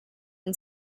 and